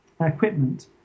equipment